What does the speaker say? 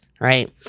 right